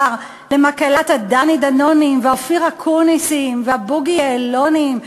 שלכם למקהלת הדני-דנונים והאופיר-אקוניסים והבוגי-יעלונים,